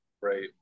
right